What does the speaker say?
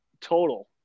total